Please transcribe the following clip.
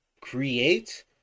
create